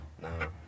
No